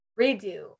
redo